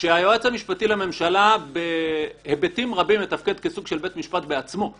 שהיועץ המשפטי לממשלה בהיבטים רבים מתפקד כסוג של בית משפט בעצמו,